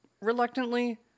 Reluctantly